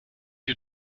you